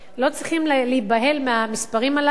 לא צריכים להיבהל מהמספרים הללו.